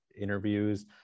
interviews